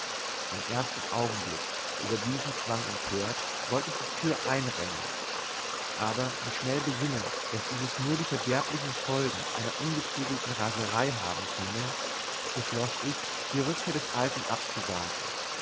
im ersten augenblick über diesen zwang empört wollt ich die tür einrennen aber mich schnell besinnend daß dieses nur die verderblichen folgen einer ungezügelten raserei haben könne beschloß ich die rückkehr des alten abzuwarten